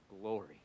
Glory